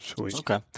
Okay